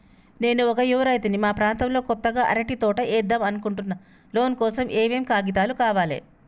నేను ఒక యువ రైతుని మా ప్రాంతంలో కొత్తగా అరటి తోట ఏద్దం అనుకుంటున్నా లోన్ కోసం ఏం ఏం కాగితాలు కావాలే?